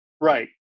Right